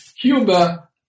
Cuba